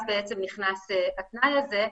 אז בעצם נכנס התנאי הזה.